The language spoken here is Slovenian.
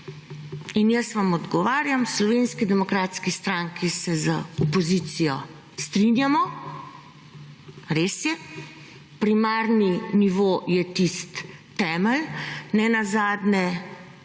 In jaz vam odgovarjam, v Slovenski demokratski stranki se z opozicijo strinjamo. Res je, primarni nivo je tisti temelj. Nenazadnje